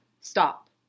Stop